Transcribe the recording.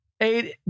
Eight